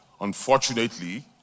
Unfortunately